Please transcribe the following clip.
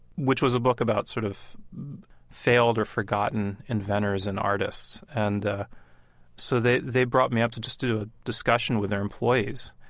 which was a book about sort of failed or forgotten inventors and artists. and ah so they they brought me up to just do a discussion with their employees.